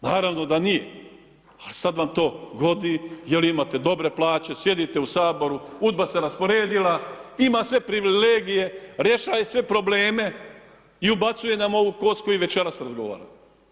Naravno da nije, a sad vam to godi jer imate dobre plaće, sjedite u saboru, UDBA se rasporedila, ima sve privilegije, rješaje sve probleme i ubacuje nam ovu kost koju večeras razgovaramo.